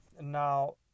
now